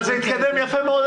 אבל זה התקדם יפה מאוד,